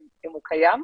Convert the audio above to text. אם הוא קיים.